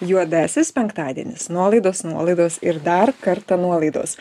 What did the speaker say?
juodasis penktadienis nuolaidos nuolaidos ir dar kartą nuolaidos